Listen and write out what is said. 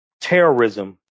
terrorism